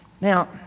Now